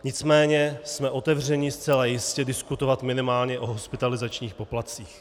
Nicméně jsme otevřeni zcela jistě diskutovat minimálně o hospitalizačních poplatcích.